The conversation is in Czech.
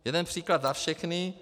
Jeden příklad za všechny.